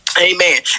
Amen